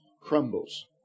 crumbles